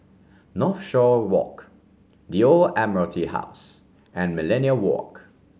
Northshore Walk The Old Admiralty House and Millenia Walk